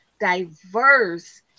diverse